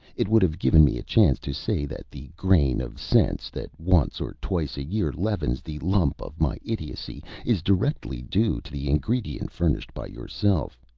it would have given me a chance to say that the grain of sense that once or twice a year leavens the lump of my idiocy is directly due to the ingredient furnished by yourself.